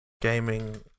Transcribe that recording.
Gaming